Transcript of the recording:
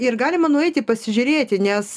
ir galima nueiti pasižiūrėti nes